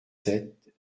sept